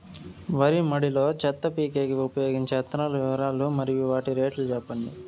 వరి మడి లో చెత్త పీకేకి ఉపయోగించే యంత్రాల వివరాలు మరియు వాటి రేట్లు చెప్పండి?